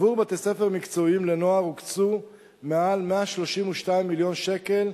בעבור בתי-ספר מקצועיים לנוער הוקצו יותר מ-132 מיליון שקל,